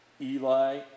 Eli